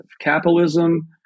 Capitalism